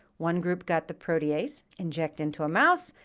one group got the protease, inject into a mouse,